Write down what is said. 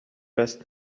best